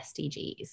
SDGs